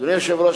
אדוני היושב-ראש,